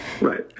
Right